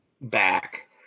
back